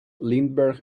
lindbergh